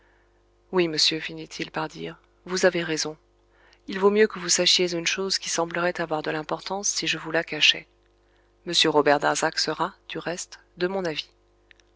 oui monsieur finit-il par dire vous avez raison il vaut mieux que vous sachiez une chose qui semblerait avoir de l'importance si je vous la cachais m darzac sera du reste de mon avis